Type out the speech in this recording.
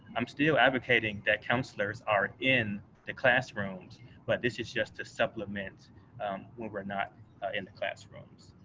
i'm still advocating that counselors are in the classrooms, but this is just to supplement when we're not in the classrooms.